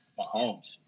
Mahomes